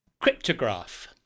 Cryptograph